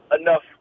enough